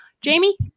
Jamie